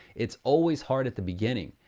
it's always hard at the beginning.